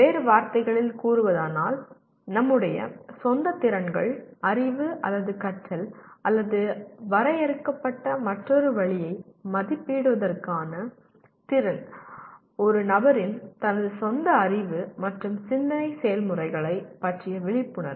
வேறு வார்த்தைகளில் கூறுவதானால் நம்முடைய சொந்த திறன்கள் அறிவு அல்லது கற்றல் அல்லது வரையறுக்கப்பட்ட மற்றொரு வழியை மதிப்பிடுவதற்கான திறன் ஒரு நபரின் தனது சொந்த அறிவு மற்றும் சிந்தனை செயல்முறைகளைப் பற்றிய விழிப்புணர்வு